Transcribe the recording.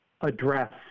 address